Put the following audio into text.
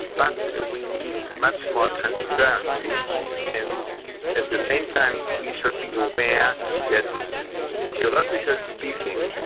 but we need much more transparency and at the same time, we should be aware that theological speaking,